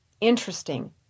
interesting